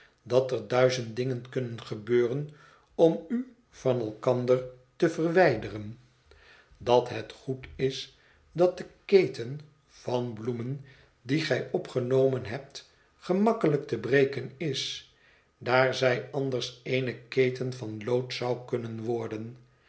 dat er duizend dingen kunnen gebeuren om u van elkander te verwijderen dat het goed is dat de keten van bloemen die gij opgenomen hebt gemakkelijk te breken is daar zij anders eene keten van lood zou kunnen worden